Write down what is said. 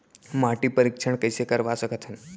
माटी परीक्षण कइसे करवा सकत हन?